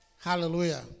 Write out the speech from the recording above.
hallelujah